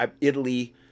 italy